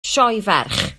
sioeferch